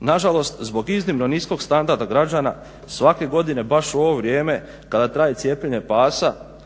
Nažalost, zbog iznimno niskog standarda građana svake godine baš u ovo vrijeme kada traje cijepljenje pasa